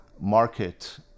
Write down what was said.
market